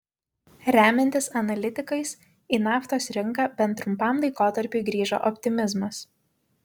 remiantis analitikais į naftos rinką bent trumpam laikotarpiui grįžo optimizmas